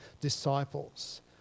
disciples